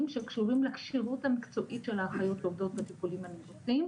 שקשורים לכשירות המקצועית של האחיות העובדות בטיפולים הנמרצים,